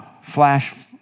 flash